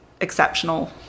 exceptional